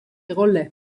rolle